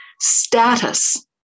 status